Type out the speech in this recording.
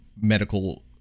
medical